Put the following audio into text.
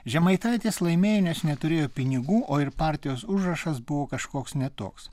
žemaitaitis laimėjo nes neturėjo pinigų o ir partijos užrašas buvo kažkoks ne toks